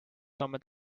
saame